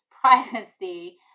privacy